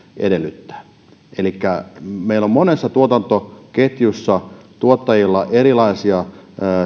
edellyttää meillä on monessa tuotantoketjussa tuottajilla erilaisia